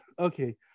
okay